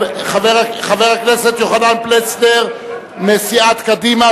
חבר הכנסת יוחנן פלסנר מסיעת קדימה,